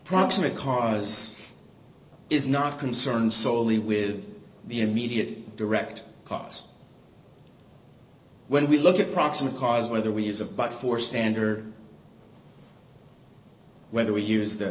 proximate cause is not concerned solely with the immediate direct cost when we look at proximate cause whether we use a but for stand or whether we use the